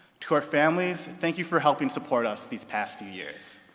to our families, thank you for helping support us these past few years.